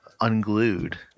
unglued